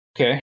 Okay